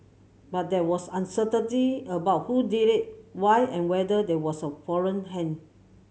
but there was uncertainty about who did it why and whether there was a foreign hand